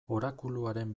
orakuluaren